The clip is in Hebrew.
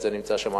המשרד נמצא שם,